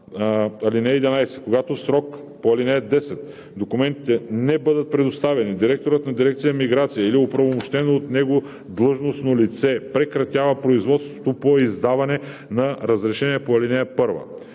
Когато в срока по ал. 10 документите не бъдат представени, директорът на дирекция „Миграция“ или оправомощено от него длъжностно лице прекратява производството по издаване на разрешение по ал. 1.